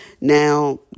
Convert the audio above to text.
Now